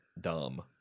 dumb